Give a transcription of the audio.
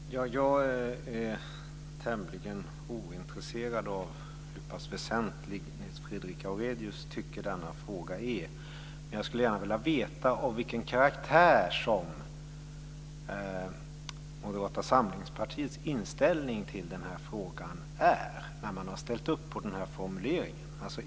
Herr talman! Jag är tämligen ointresserad av hur pass väsentligt Nils Fredrik Aurelius tycker att denna fråga är. Men jag skulle gärna vilja veta av vilken karaktär som Moderata samlingspartiets inställning till frågan är när man har ställt upp på den formuleringen.